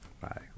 Bye